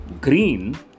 green